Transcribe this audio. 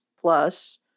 plus